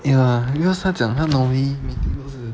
ya because 她讲她 normally